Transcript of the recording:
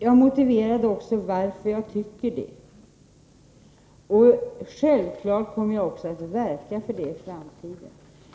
Jag motiverade också varför jag tycker det. Självklart kommer jag också att verka för detta i framtiden.